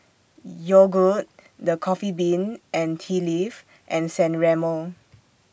Yogood The Coffee Bean and Tea Leaf and San Remo